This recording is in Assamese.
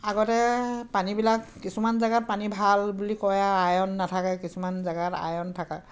আগতে পানীবিলাক কিছুমান জেগাত পানী ভাল বুলি কয় আৰু আয়ৰণ নাথাকে কিছুমান জেগাত আয়ৰণ থাকা